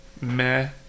meh